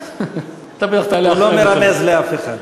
הוא לא מרמז לאף אחד.